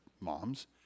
moms